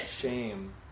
shame